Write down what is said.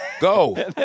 go